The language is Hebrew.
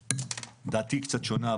דעתי היא קצת שונה.